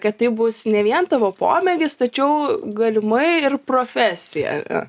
kad tai bus ne vien tavo pomėgis tačiau galimai ir profesija